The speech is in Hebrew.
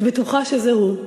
את בטוחה שזה הוא.